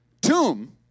tomb